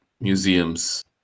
museums